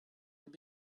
have